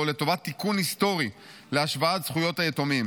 לטובת תיקון היסטורי להשוואת זכויות היתומים.